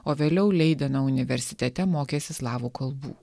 o vėliau leideno universitete mokėsi slavų kalbų